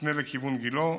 מפנה לכיוון גילה.